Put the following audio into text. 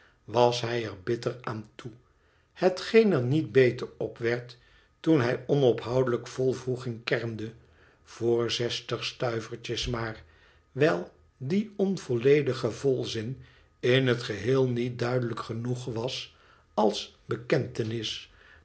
was hij er bitter aan toe hetgeen er niet beter op werd toen hij onophoudelijk vol wroeging kermde voor zestig stuivertjes maar wijl die onvolledige volzin in het geheel niet duidelijk genoeg was als